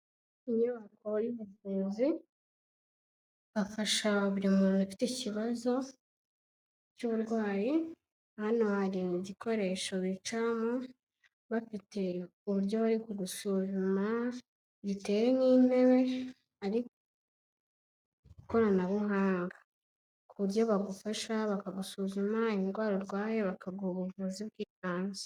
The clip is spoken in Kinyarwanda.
Inyubako y'ubuvuzi bafasha buri muntu ufite ikibazo cy'uburwayi, hano hari igikoresho bicaramo bafite uburyo bari gusuzuma giteye nk'intebe ariko ikoranabuhanga ku buryo bagufasha bakagusuzuma indwara urwaye bakaguha ubuvuzi bwibanze.